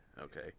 okay